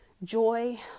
joy